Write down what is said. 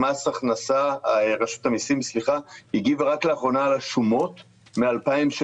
רשות המיסים הגיבה רק לאחרונה על השומות מ-2017-2016.